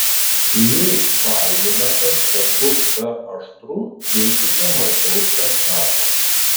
jei baiminatės kad bus per aštru dėkite mažiau česnako